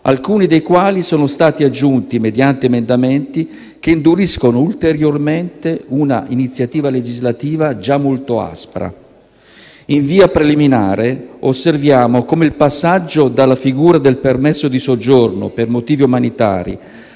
alcuni dei quali sono stati aggiunti mediante emendamenti che induriscono ulteriormente una iniziativa legislativa già molto aspra. In via preliminare, osserviamo come il passaggio dalla figura del permesso di soggiorno per motivi umanitari